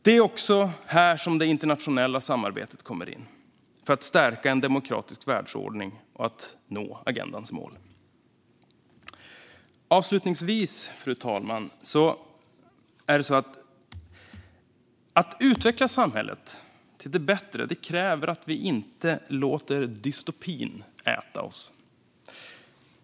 Det är också här som det internationella samarbetet kommer in för att stärka en demokratisk världsordning och nå agendans mål. Fru talman! Att utveckla samhället till det bättre kräver att vi inte låter dystopin äta oss.